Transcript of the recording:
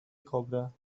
cobra